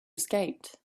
escaped